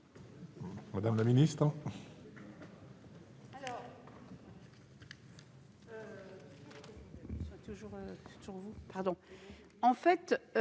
madame la ministre,